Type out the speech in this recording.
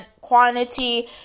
quantity